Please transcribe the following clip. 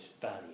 value